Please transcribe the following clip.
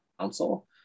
council